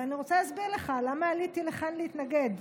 ואני רוצה להסביר לך למה עליתי לכאן להתנגד.